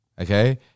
Okay